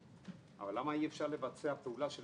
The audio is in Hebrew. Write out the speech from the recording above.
נכון, למה אי אפשר לבצע פעולה של